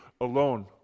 alone